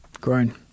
Grown